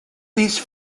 these